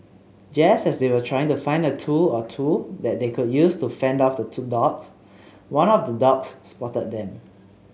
just as they were trying to find a tool or two that they could use to fend off two the dogs one of the dogs spotted them